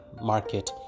market